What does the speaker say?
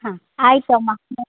ಹಾಂ ಆಯಿತು ಅಮ್ಮ ಬಾ